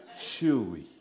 chewy